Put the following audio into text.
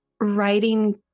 writing